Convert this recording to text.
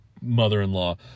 mother-in-law